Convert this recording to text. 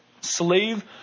slave